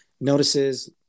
notices